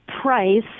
price